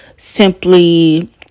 simply